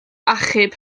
achub